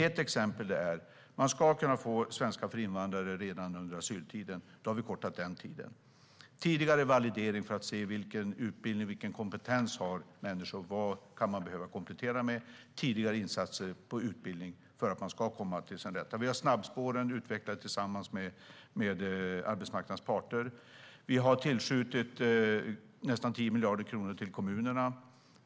Jag ska ge några exempel. Man ska kunna få undervisning i svenska för invandrare redan under asyltiden. Vi ska ha tidigare validering för att se vilken utbildning och vilken kompetens som människor har och vad de kan behöva komplettera med. Vi ska ha tidigare insatser när det gäller utbildning för att alla ska komma till sin rätt. Vi har snabbspåren som har utvecklats tillsammans med arbetsmarknadens parter. Vi har tillskjutit nästan 10 miljarder kronor till kommunerna.